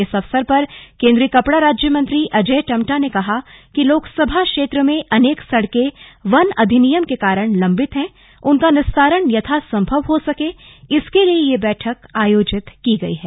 इस अवसर पर केन्द्रीय कपड़ा राज्यमंत्री अजय टम्टा ने कहा कि लोक सभा क्षेत्र में अनेक सड़कें वन अधिनियम के कारण लम्बित है उनका निस्तारण यथा सम्भव हो सके इसके लिए यह बैठक आयोजित की गयी है